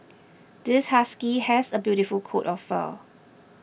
this husky has a beautiful coat of fur